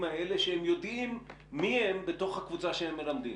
האלה שהם יודעים מי הם בתוך הקבוצה שהם מלמדים?